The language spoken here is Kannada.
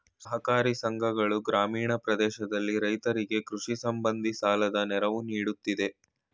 ಸಹಕಾರಿ ಸಂಘಗಳು ಗ್ರಾಮೀಣ ಪ್ರದೇಶದಲ್ಲಿ ರೈತರಿಗೆ ಕೃಷಿ ಸಂಬಂಧಿ ಸಾಲದ ನೆರವು ನೀಡುತ್ತಿದೆ